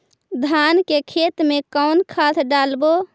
धान के खेत में कौन खाद डालबै?